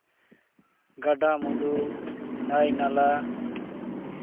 ᱜᱟᱰᱟᱼᱢᱩᱰᱩ ᱱᱟᱹᱭᱼᱱᱟᱞᱟ